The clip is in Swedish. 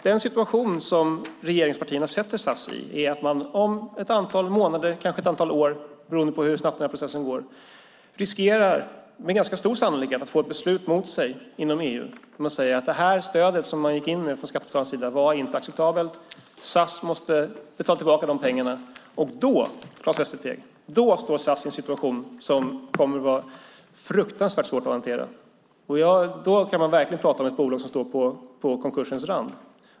Den situation som regeringspartierna sätter SAS i är att man om ett antal månader eller kanske ett antal år, beroende på hur snabbt processen går, riskerar att med ganska stor sannolikhet få ett beslut emot sig inom EU som säger att det stöd som man gick in med från skattebetalarnas sida inte var acceptabelt och att SAS måste betala tillbaka de pengarna. Då står SAS i en situation, Claes Västerteg, som kommer att vara fruktansvärt svår att hantera. Då kan man verkligen tala om ett bolag som står på konkursens rand.